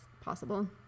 possible